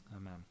amen